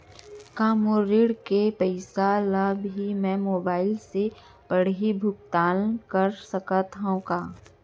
का मोर ऋण के पइसा ल भी मैं मोबाइल से पड़ही भुगतान कर सकत हो का?